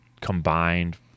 combined